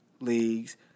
leagues